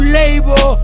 label